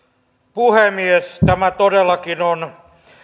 puhemies tämä todellakin on